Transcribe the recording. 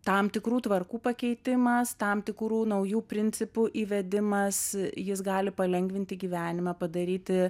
tam tikrų tvarkų pakeitimas tam tikrų naujų principų įvedimas jis gali palengvinti gyvenimą padaryti